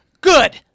Good